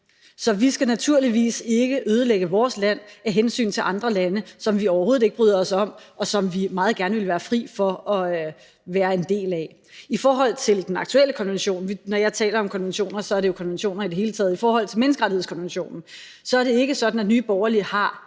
Så vi skal naturligvis ikke ødelægge vores land af hensyn til andre lande, som vi overhovedet ikke bryder os om, og som vi meget gerne vil være fri for at være en del af. I forhold til den aktuelle konvention – når jeg taler om konventioner, er det jo konventioner i det hele taget, og her der det altså menneskerettighedskonventionen – er det ikke sådan, at Nye Borgerlige har